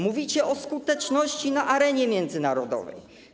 Mówicie o skuteczności na arenie międzynarodowej.